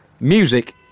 music